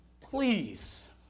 please